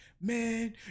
man